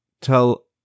Tell